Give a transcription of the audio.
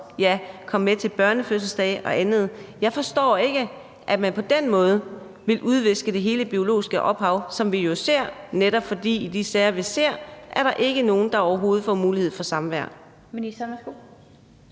at komme med til børnefødselsdage og andet? Jeg forstår ikke, at man på den måde vil udviske hele det biologiske ophav, for netop i de sager, vi ser, er der ikke nogen, der overhovedet får mulighed for samvær. Kl. 15:45 Den fg.